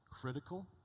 critical